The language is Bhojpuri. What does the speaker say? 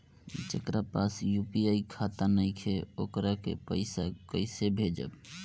जेकरा पास यू.पी.आई खाता नाईखे वोकरा के पईसा कईसे भेजब?